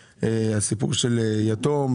לגבי הסיפור של רכישת דירה על ידי יתום,